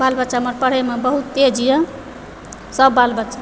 बाल बच्चा हमर पढ़यमे बहुत तेज यऽ सभ बाल बच्चा